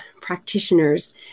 practitioners